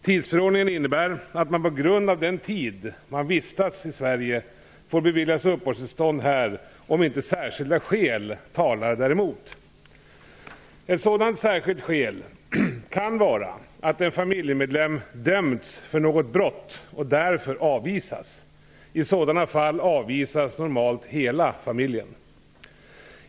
Tidsförordningen innebär att man tack vare den tid man vistats i Sverige får beviljas uppehållstillstånd här, om inte särskilda skäl talar däremot. Ett sådant särskilt skäl kan vara att en familjemedlem dömts för något brott och därför avvisas. I sådana fall avvisas normalt hela familjen.